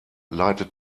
leitet